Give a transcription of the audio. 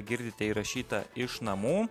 girdite įrašytą iš namų